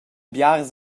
biars